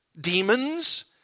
demons